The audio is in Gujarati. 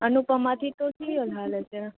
અનુપમાંથી તો સિરિયલ હાલે છે